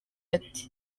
ati